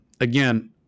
again